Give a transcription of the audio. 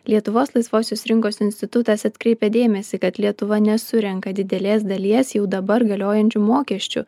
lietuvos laisvosios rinkos institutas atkreipia dėmesį kad lietuva nesurenka didelės dalies jau dabar galiojančių mokesčių